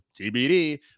TBD